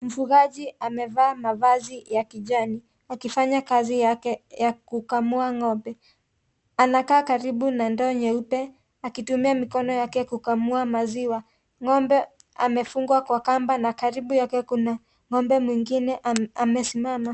Mfugaji amevaa mavazi ya kijani akifanya kazi yake ya kukamua ng'ombe, anakaa karibu na ndoo nyeupe akitumia mikono kukamua maziwa, ng'ombe amefungwa kwa kamba na karibu yake kuna ng'ombe mwingine amesimama.